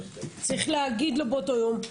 צריך להגיד לו באותו יום.